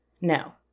No